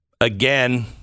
again